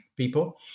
people